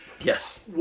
Yes